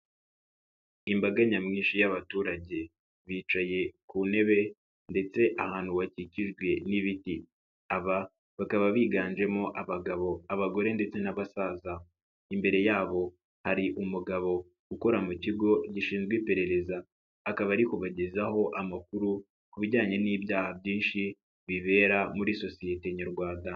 Imbaga nyamwinshi y'abaturage bicaye ku ntebe ndetse ahantu bakikijwe n'ibiti. Aba bakaba biganjemo abagabo, abagore ndetse n'abasaza. Imbere yabo hari umugabo ukora mu kigo gishinzwe iperereza akaba ari kubagezaho amakuru ku bijyanye n'ibyaha byinshi bibera muri sosiyete Nyarwanda.